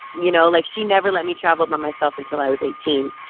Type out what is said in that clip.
you know like, she never let me travel by myself until i was eighteen.